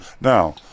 Now